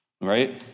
Right